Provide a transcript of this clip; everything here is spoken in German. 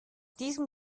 diesem